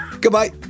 Goodbye